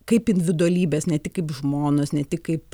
kaip individualybės ne tik kaip žmonos ne tik kaip